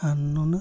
ᱟᱨ ᱱᱩᱱᱟᱹᱜ